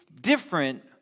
different